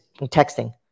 texting